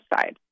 side